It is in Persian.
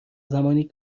زمانی